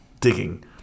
digging